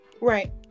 Right